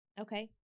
Okay